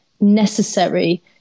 necessary